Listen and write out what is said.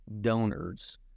donors